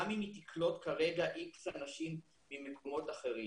גם אם היא תקלוט כרגע X אנשים ממקומות אחרים.